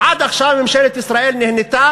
עד עכשיו ממשלת ישראל נהנתה